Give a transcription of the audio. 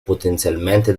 potenzialmente